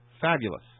Fabulous